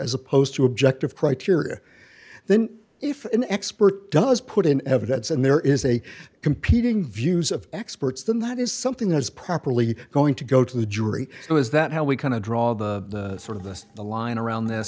as opposed to objective criteria then if an expert does put in evidence and there is a competing views of experts then that is something that is properly going to go to the jury so is that how we kind of draw the sort of this a line around th